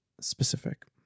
specific